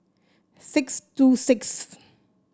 six two six